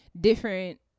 different